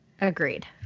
Agreed